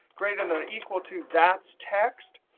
greater than or equal to, that's text.